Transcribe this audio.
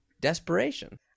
desperation